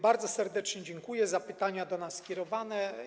Bardzo serdecznie dziękuję za pytania do nas skierowane.